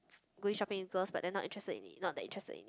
go shopping with girl but then not interested in not that interested in